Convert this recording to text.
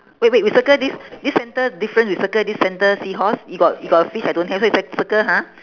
wait wait we circle this this center difference you circle this center seahorse you got you got a fish I don't have so you ci~ circle ha